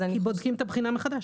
כי בודקים את הבחינה מחדש.